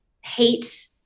hate